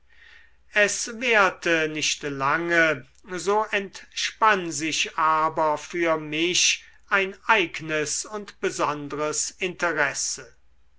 es währte nicht lange so entspann sich aber für mich ein eignes und besondres interesse